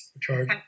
charge